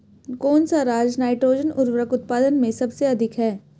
कौन सा राज नाइट्रोजन उर्वरक उत्पादन में सबसे अधिक है?